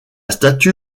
statue